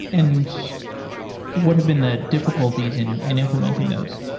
and what have been the difficulties in in implementing those?